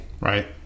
Right